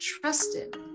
trusted